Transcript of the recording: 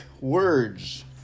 words